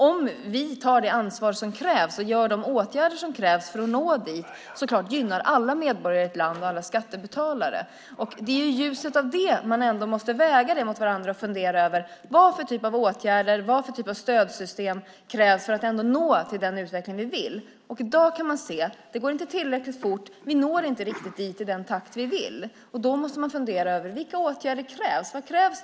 Om vi tar det ansvar som krävs och vidtar de åtgärder som krävs för att nå dit gynnar det alla medborgare i ett land och alla skattebetalare. Det är i ljuset av det vi måste fundera över vilken typ av åtgärder och stödsystem som krävs för att nå den utveckling vi vill ha. I dag kan vi se att det inte går tillräckligt fort och att vi inte når dit riktigt i den takt vi vill. Då måste vi fundera över vilka åtgärder som krävs.